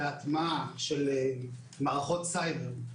להטמעה של מערכות סייבר,